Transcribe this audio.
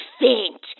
faint